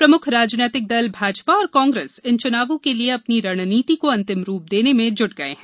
प्रमुख राजनीतिक दल भाजपा और कांग्रेस इन च्नावों के लिये अपनी रणनीति को अंतिम रूप देने में जूट गये हैं